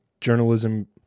journalism